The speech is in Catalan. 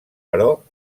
però